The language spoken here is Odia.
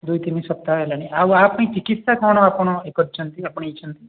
ଦୁଇ ତିନି ସପ୍ତାହ ହେଲାଣି ଆଉ ଆ ପାଇଁ ଚିକିତ୍ସା କ'ଣ ଆପଣ ଇଏ କରିଛନ୍ତି ଆପଣେଇଛନ୍ତି